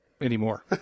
anymore